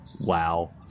Wow